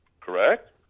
correct